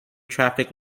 traffic